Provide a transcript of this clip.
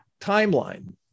timeline